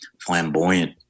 flamboyant